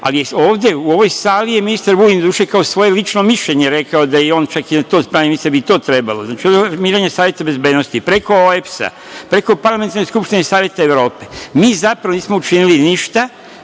je ovde u ovoj sali ministar Vulin, doduše kao svoje lično mišljenje rekao da je on čak i na to spreman i misli da bi to trebalo, znači, od alarmiranja Saveta bezbednosti, preko OEBS-a, preko Parlamentarne skupštine Saveta Evrope. Mi, zapravo, nismo učinili ništa,